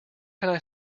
can